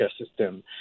system